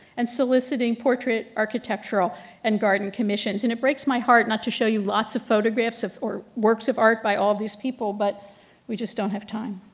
and soliciting portrait architectural and garden commissions. and it breaks my heart not to show you lots of photographs or works of art by all these people, but we just don't have time.